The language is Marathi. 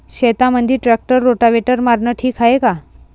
शेतामंदी ट्रॅक्टर रोटावेटर मारनं ठीक हाये का?